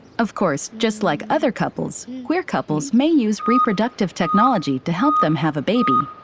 of course, just like other couples, queer couples may use reproductive technology to help them have a baby.